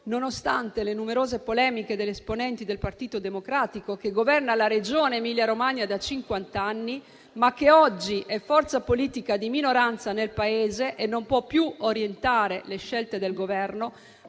nonostante le numerose polemiche degli esponenti del Partito Democratico che governa la Regione Emilia-Romagna da cinquanta anni, ma che oggi è forza politica di minoranza nel Paese e non può più orientare le scelte del Governo,